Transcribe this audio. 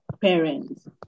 parents